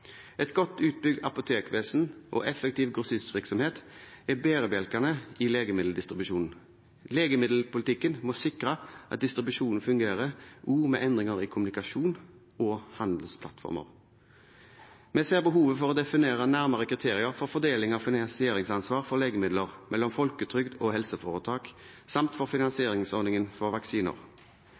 Et godt utbygd apotekvesen og effektiv grossistvirksomhet er bærebjelkene i legemiddeldistribusjonen. Legemiddelpolitikken må sikre at distribusjonen fungerer, også med endringer i kommunikasjon og handelsplattformer. Vi ser behovet for å definere nærmere kriterier for fordeling av finansieringsansvar for legemidler mellom folketrygd og helseforetak samt for finansieringsordningen for vaksiner.